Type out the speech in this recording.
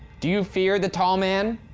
do you fear the tall man?